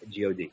god